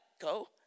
go